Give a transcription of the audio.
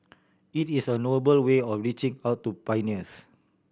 it is a noble way of reaching out to pioneers